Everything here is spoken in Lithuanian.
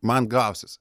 man gausis